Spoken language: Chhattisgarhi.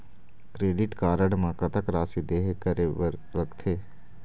क्रेडिट कारड म कतक राशि देहे करे बर लगथे?